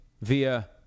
via